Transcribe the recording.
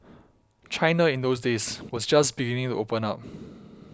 China in those days was just beginning to open up